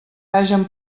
hagen